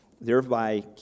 thereby